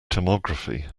tomography